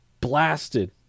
blasted